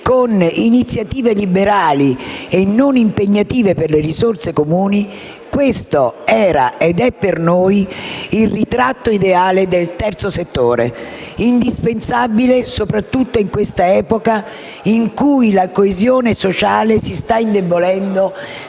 con iniziative liberali e non impegnative per le risorse comuni: questo era ed è per noi il ritratto ideale del terzo settore, indispensabile soprattutto in questa epoca in cui la coesione sociale si sta indebolendo